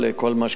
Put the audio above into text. כל מה שקשור,